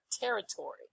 territory